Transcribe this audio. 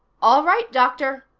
all right, doctor,